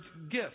gift